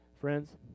Friends